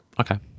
Okay